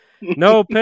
No